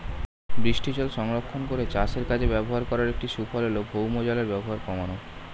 বৃষ্টিজল সংরক্ষণ করে চাষের কাজে ব্যবহার করার একটি সুফল হল ভৌমজলের ব্যবহার কমানো